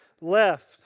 left